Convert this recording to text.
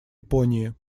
японии